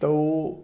त हो